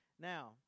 Now